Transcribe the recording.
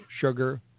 sugar